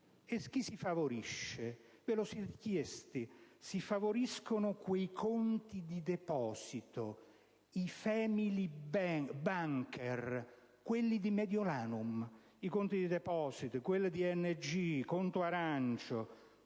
chi si favorisce? Ve lo siete chiesti? Si favoriscono i conti di deposito, i *family banker* di Mediolanum, i conti di deposito di NG, di Conto Arancio,